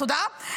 תודה,